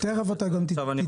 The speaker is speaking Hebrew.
תכף אתה תתייחס,